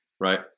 right